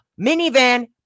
minivan